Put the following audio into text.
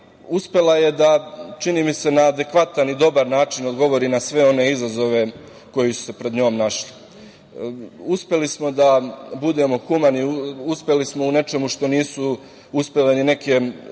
uspela je da na adekvatan i dobar način odgovori na sve one izazove koji su se pred njom našli. Uspeli smo da budemo humani, uspeli smo u nečemu što nisu uspele ni neke